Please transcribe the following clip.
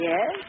Yes